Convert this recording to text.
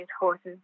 horses